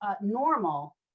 normal